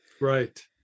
right